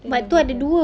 then never tell